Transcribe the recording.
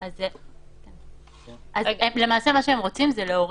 שאם בסופו של דבר זה יאושר,